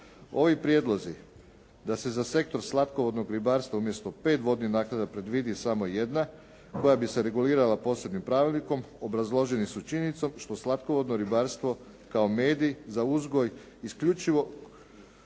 Ovi prijedlozi da se za Sektor slatkovodnog ribarstva umjesto 5 vodnih naknada predvidi samo jedna koja bi se regulirala posebnim pravilnikom obrazloženi su činjenicom što slatkovodno ribarstvo kao medij za uzgoj isključivo